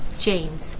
James